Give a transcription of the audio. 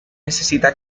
necesita